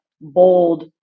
bold